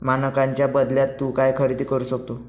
मानकांच्या बदल्यात तू काय खरेदी करू शकतो?